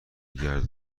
گرد